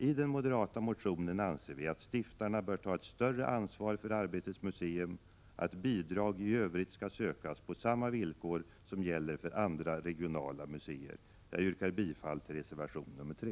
I den moderata motionen anser vi att stiftarna bör ta ett större ansvar för Arbetets museum och att bidrag i övrigt skall sökas på samma villkor som gäller för andra regionala museer. Jag yrkar bifall till reservation nr 3.